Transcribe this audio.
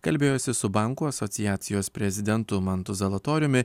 kalbėjosi su bankų asociacijos prezidentu mantu zalatoriumi